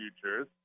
futures